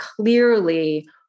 clearly